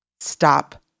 Stop